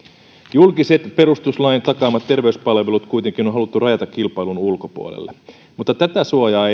julkiset perustuslain takaamat terveyspalvelut kuitenkin on haluttu rajata kilpailun ulkopuolelle mutta tätä suojaa